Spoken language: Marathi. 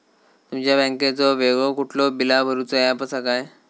तुमच्या बँकेचो वेगळो कुठलो बिला भरूचो ऍप असा काय?